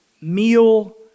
meal